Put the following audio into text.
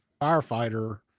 firefighter